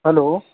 hello